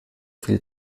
viel